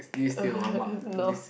no